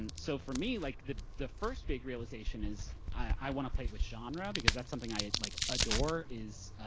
and so, for me, like the the first big realization is i wanna play with genre because that's something i like adore, is